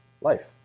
life